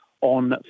on